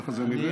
ככה זה נראה.